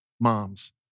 moms